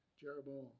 Jeroboam